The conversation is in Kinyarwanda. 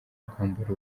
kwambara